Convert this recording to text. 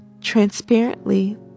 transparently